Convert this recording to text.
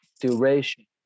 duration